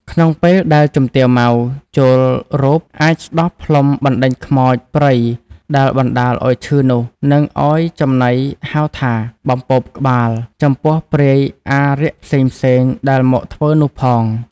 ក្នុងពេលដែលជំទាវ ម៉ៅ ចូលរូប អាចស្ដោះផ្លុំបណ្ដេញខ្មោចព្រៃដែលបណ្ដាលឲ្យឈឺនោះ និងឲ្យចំណីហៅថា "បំពោបក្បាល" ចំពោះព្រាយអារក្សផ្សេងៗ ដែលមកធ្វើនោះផង ។